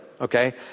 Okay